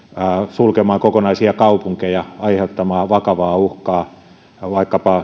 sulkemaan kokonaisia kaupunkeja aiheuttamaan vakavaa uhkaa vaikkapa